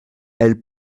elle